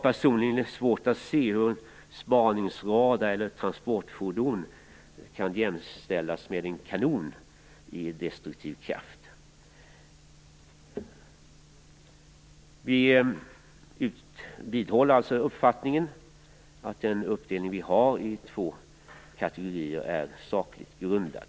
Personligen har jag svårt att se hur en spaningsradar eller ett transportfordon kan jämställas med en kanon i destruktiv kraft. Utskottsmajoriteten vidhåller alltså uppfattningen att uppdelningen i två kategorier är sakligt grundad.